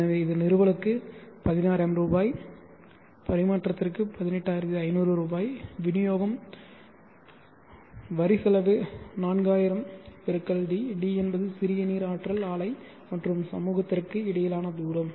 எனவே இது நிறுவலுக்கு 16000 ரூபாய் பரிமாற்றத்திற்கு 18500 ரூபாய் விநியோகம் வரி செலவு 4000 × d d என்பது சிறிய நீர் ஆற்றல் ஆலை மற்றும் சமூகத்திற்கு இடையிலான தூரம்